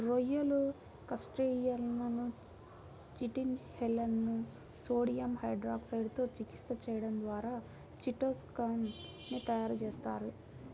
రొయ్యలు, క్రస్టేసియన్ల చిటిన్ షెల్లను సోడియం హైడ్రాక్సైడ్ తో చికిత్స చేయడం ద్వారా చిటో సాన్ ని తయారు చేస్తారు